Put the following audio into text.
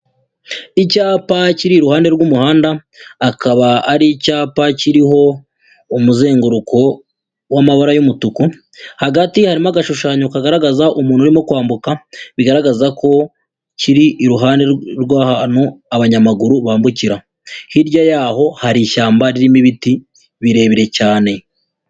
Icyapa kiri iruhande rw'umuhanda, akaba ari icyapa kiriho umuzenguruko w'amabara y'umutuku, hagati harimo agashushanyo kagaragaza umuntu urimo kwambuka, bigaragaza ko kiri iruhande rw'ahantu abanyamaguru bambukira, hirya yaho hari ishyamba ririmo ibiti birebire cyane.